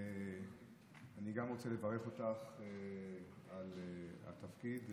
אני גם רוצה לברך אותך על התפקיד.